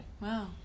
Wow